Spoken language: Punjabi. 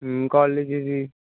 college we